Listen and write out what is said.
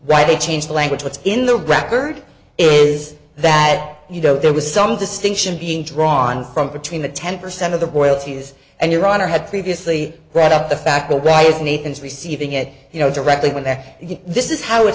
why they changed the language what's in the record is that you know there was some distinction being drawn from between the ten percent of the buoyancy is and your honor had previously read up the fact but why is nathan's receiving it you know directly when back this is how it